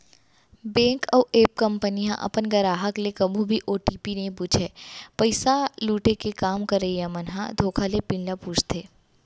bank अउ app company ह अपन गराहक ले कभू भी ओ.टी.पी नइ पूछय, पइसा लुटे के काम करइया मन ह धोखा ले पिन ल पूछथे